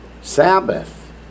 Sabbath